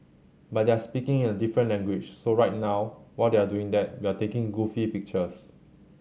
but they're speaking in a different language so right now while they're doing that we're taking goofy pictures